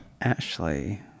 Ashley